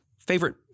Favorite